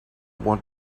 want